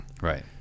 Right